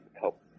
help